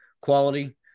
quality